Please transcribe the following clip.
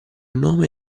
nome